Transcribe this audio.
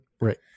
Right